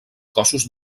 cossos